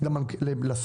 גם רשות עצמאית,